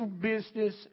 business